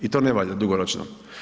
I to ne valja dugoročno.